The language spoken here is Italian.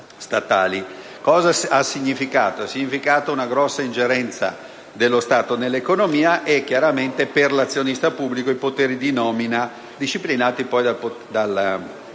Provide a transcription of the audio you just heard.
Cosa ha significato? Una grossa ingerenza dello Stato nell'economia e, chiaramente per l'azionista pubblico, i poteri di nomina, disciplinati poi dalla